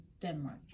Denmark